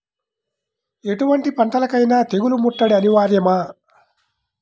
ఎటువంటి పంటలకైన తెగులు ముట్టడి అనివార్యమా?